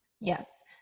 Yes